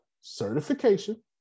Certification